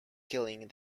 killing